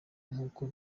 nk’uko